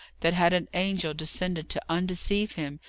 that had an angel descended to undeceive him,